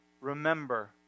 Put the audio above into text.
Remember